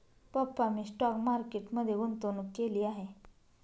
पप्पा मी stock market मध्ये गुंतवणूक केली आहे